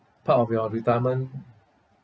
part of your retirement